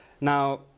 Now